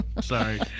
Sorry